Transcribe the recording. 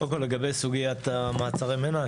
קודם כל לגבי סוגיית מעצרי המנע,